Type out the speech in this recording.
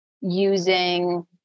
using